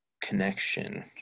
connection